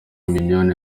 mignone